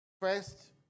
First